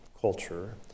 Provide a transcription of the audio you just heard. culture